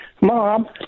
Mom